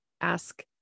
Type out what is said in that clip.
ask